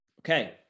okay